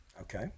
Okay